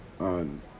on